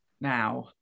now